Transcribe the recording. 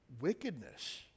wickedness